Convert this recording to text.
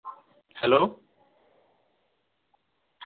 hello